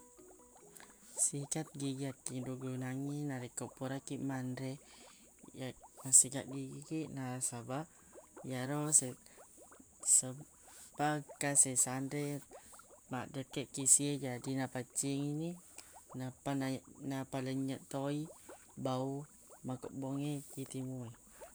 Sikat gigi yakkidugunangngi narekko pura kiq manre yak- massikaq gigi kiq nasabaq yaro se- sompang ka sesa anre maddekkeq ki isi e jadi napaccingi ni nappa nae- napalenynyeq to i bau makebbongnge ki timu e.